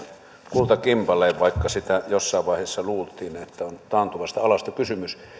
kultakimpale vaikka jossain vaiheessa luultiin että on taantuvasta alasta kysymys